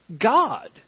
God